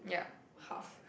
hal